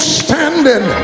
standing